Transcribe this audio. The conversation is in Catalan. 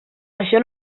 això